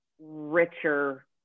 richer